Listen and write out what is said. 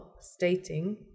stating